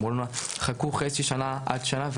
ואמרו לה: חכו חצי שנה עד שנה,